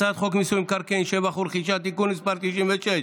הצעת חוק מיסוי מקרקעין (שבח ורכישה) (תיקון מס' 96),